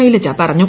ശൈലജ പറഞ്ഞു